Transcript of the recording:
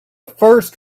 first